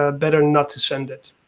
ah better not send it.